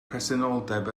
presenoldeb